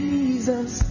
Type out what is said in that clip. Jesus